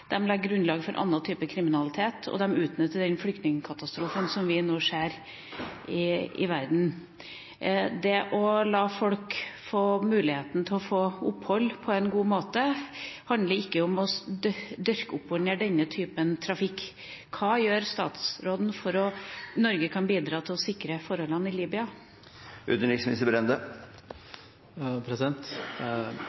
legger grunnlag for annen type kriminalitet, og de utnytter flyktningkatastrofen som vi nå ser i verden. Det å la folk få mulighet til å få opphold på en god måte handler ikke om å støtte opp under denne typen trafikk. Hva gjør statsråden for at Norge kan bidra til å sikre forholdene i